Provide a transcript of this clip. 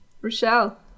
Rochelle